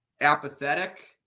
apathetic